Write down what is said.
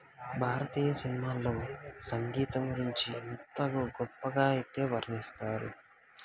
భారతీయ సినిమాల్లో సంగీతం గురించి ఎంతగా గొప్పగా అయితే వర్ణిస్తారు